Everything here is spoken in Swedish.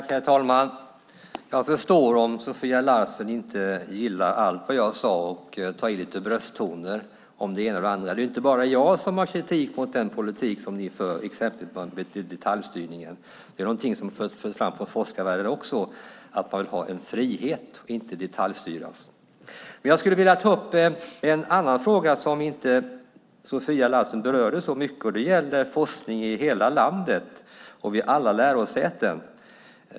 Herr talman! Jag förstår om Sofia Larsen inte gillade allt jag sade och tar till brösttoner om både det ena och det andra. Det är inte bara jag som har kritik mot den politik ni för, exempelvis detaljstyrningen. Det är någonting som förs fram också från forskarvärlden, där man vill ha en frihet och inte detaljstyras. Jag skulle dock vilja ta upp en annan fråga som Sofia Larsen inte berörde så mycket, och det gäller forskning i hela landet och vid alla lärosäten.